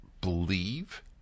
believe